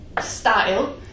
style